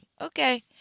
okay